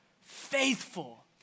Faithful